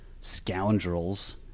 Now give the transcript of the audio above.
scoundrels